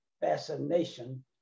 fascination